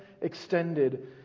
extended